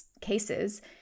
cases